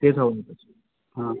तेच हवं होतं हां